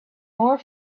more